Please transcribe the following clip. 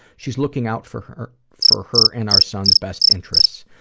she's looking out for her for her and our son's best interests,